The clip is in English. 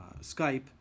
Skype